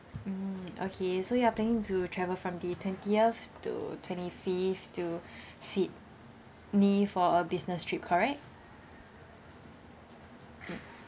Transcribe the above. mm okay so you are planning to travel from the twentieth to twenty fifth to sydney for a business trip correct mm